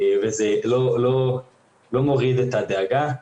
וזה לא מוריד את הדאגה.